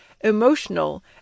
EMOTIONAL